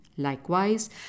Likewise